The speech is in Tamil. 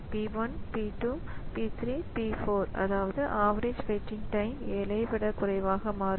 P1 P 2 P 3 P 4 அதாவது ஆவரேஜ் வெயிட்டிங் டைம் 7 ஐ விட குறைவாக மாறும்